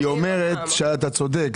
היא אומרת שאתה צודק.